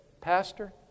Pastor